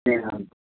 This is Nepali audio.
त्यहाँ